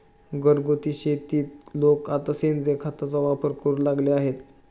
घरगुती शेतीत लोक आता सेंद्रिय खताचा वापर करू लागले आहेत